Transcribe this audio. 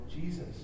Jesus